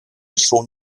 schon